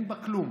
אין בה כלום.